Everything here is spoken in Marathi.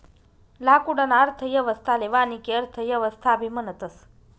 लाकूडना अर्थव्यवस्थाले वानिकी अर्थव्यवस्थाबी म्हणतस